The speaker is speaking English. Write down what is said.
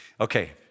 Okay